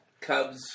Cubs